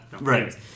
Right